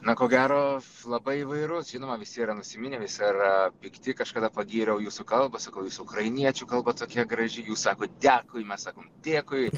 na ko gero labai įvairus žinoma visi yra nusiminę visi yra pikti kažkada pagyriau jūsų kalbą sakau jūs ukrainiečių kalba tokia graži jūs sakot diakui mes sakom dėkui